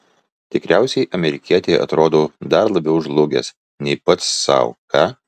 tikriausiai amerikietei atrodau dar labiau žlugęs nei pats sau ką